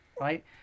right